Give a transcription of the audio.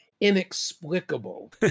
inexplicable